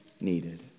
needed